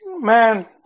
Man